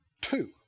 two